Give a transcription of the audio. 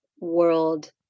world